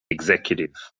executive